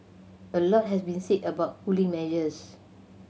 a lot has been said about cooling measures